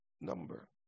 number